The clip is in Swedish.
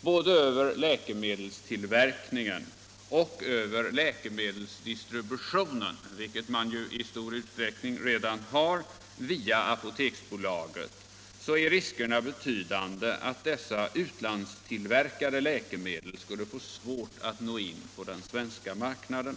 både över läkemedelstillverkningen och över läkemedelsdistributionen, vilket den i stor utsträckning redan har via Apoteksbolaget, blev riskerna betydande att dessa utlandstillverkade läkemedel skulle få svårt att nå in på den svenska marknaden.